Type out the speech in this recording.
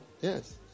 Yes